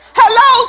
hello